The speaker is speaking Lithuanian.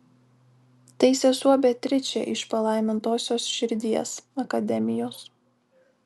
tai sesuo beatričė iš palaimintosios širdies akademijos